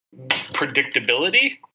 predictability